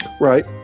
Right